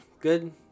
good